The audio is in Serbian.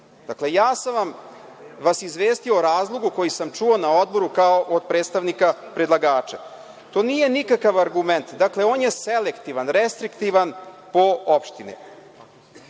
Dakle, ja sam vas izvestio o razlogu koji sam čuo na Odboru od predstavnika predlagača. To nije nikakav argumenta. Dakle, on je selektivan, restriktivan po opštine. Svi